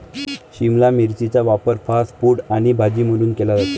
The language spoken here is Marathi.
शिमला मिरचीचा वापर फास्ट फूड आणि भाजी म्हणून केला जातो